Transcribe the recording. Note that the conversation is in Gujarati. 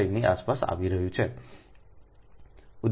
39375 ની આસપાસ આવી રહ્યું છે